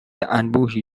انبوهی